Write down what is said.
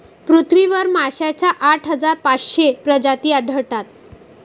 पृथ्वीवर माशांच्या आठ हजार पाचशे प्रजाती आढळतात